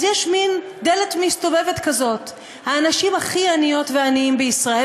אז יש מין דלת מסתובבת כזאת: האנשים הכי עניות ועניים בישראל